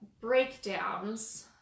breakdowns